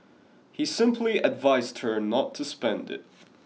he simply advised her not to spend it